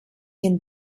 can